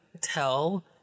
tell